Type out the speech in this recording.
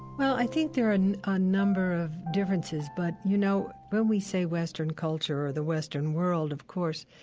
well, i think there are and a number of differences but, you know, when we say western culture or the western world, of course,